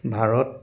Bharat